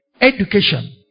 Education